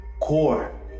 core